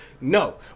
No